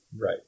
Right